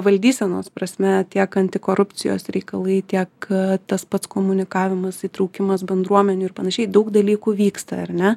valdysenos prasme tiek antikorupcijos reikalai tiek tas pats komunikavimas įtraukimas bendruomenių ir panašiai daug dalykų vyksta ar ne